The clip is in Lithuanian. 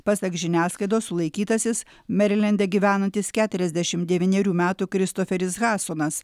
pasak žiniasklaidos sulaikytasis merilende gyvenantis keturiadešimt devynerių metų kristoferis hadsonas